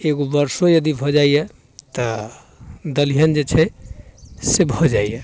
एगो बरसो यदि भऽ जाइए तऽ दलिहन जे छै से भऽ जाइए